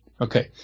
Okay